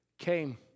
Came